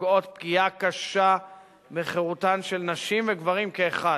הפוגעות פגיעה קשה בחירותם של נשים וגברים כאחד.